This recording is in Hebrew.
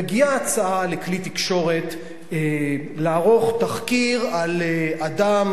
מגיעה הצעה לכלי תקשורת לערוך תחקיר על אדם